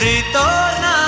Ritorna